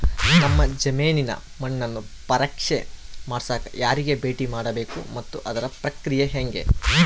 ನಮ್ಮ ಜಮೇನಿನ ಮಣ್ಣನ್ನು ಪರೇಕ್ಷೆ ಮಾಡ್ಸಕ ಯಾರಿಗೆ ಭೇಟಿ ಮಾಡಬೇಕು ಮತ್ತು ಅದರ ಪ್ರಕ್ರಿಯೆ ಹೆಂಗೆ?